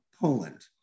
Poland